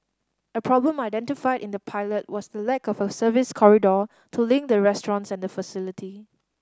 a problem identified in the pilot was the lack of a service corridor to link the restaurants and the facility